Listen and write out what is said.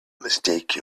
mistake